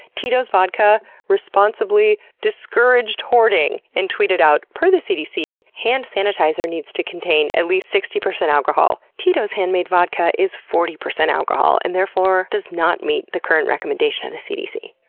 tito's vodka responsibly discouraged hoarding, and tweeted out, per the cdc, hand sanitizer needs to contain at least sixty percent alcohol. tito's handmade vodka is forty percent alcohol, and therefore does not meet the current recommendation by the cdc.